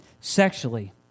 Sexually